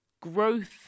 growth